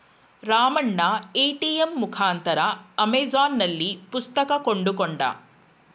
Ramanna ATM ಮುಖಾಂತರ ಅಮೆಜಾನ್ನಲ್ಲಿ ಪುಸ್ತಕ ಕೊಂಡುಕೊಂಡ